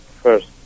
First